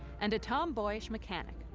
and a tomboyish mechanic,